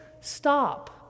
stop